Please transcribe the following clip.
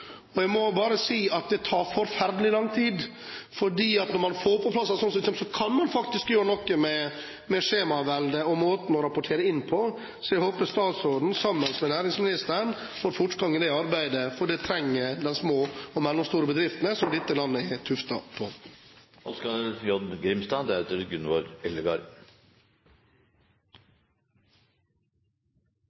II. Jeg må bare si at det tar forferdelig lang tid. Når man får på plass noe sånt, kan man faktisk gjøre noe med skjemaveldet og måten å rapportere inn på. Så jeg håper statsråden, sammen med næringsministeren, får fortgang i det arbeidet, for det trenger de små og mellomstore bedriftene, som dette landet er tuftet på.